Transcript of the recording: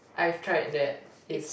I've tried that is